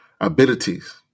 abilities